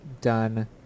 done